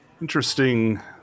interesting